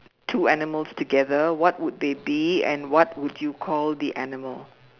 two animals together what would they be and what would you call the animal